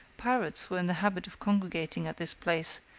pirates were in the habit of congregating at this place,